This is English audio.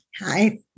Hi